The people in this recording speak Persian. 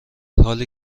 حالی